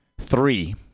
Three